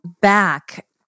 back